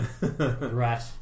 rat